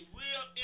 real